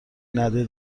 نده